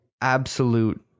absolute